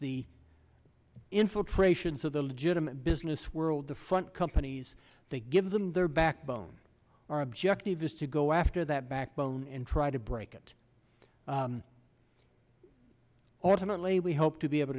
the infiltrations of the legitimate business world the front companies they give them their backbone our objective is to go after that backbone and try to break it ultimately we hope to be able